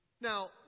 Now